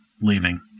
leaving